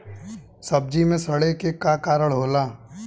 सब्जी में सड़े के का कारण होला?